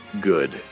good